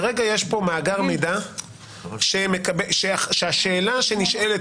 כרגע יש פה מאגר מידע שהשאלה שנשאלת